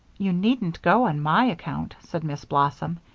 you needn't go on my account, said miss blossom.